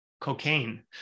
cocaine